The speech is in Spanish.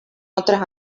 otras